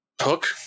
hook